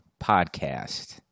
Podcast